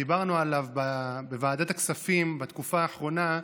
שדיברנו עליו בוועדת הכספים בתקופה האחרונה,